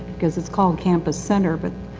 because it's called campus center. but,